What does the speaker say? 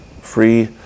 free